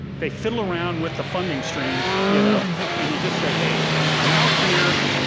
they fiddle around with the funding strings you know and you just say hey, i'm um out here,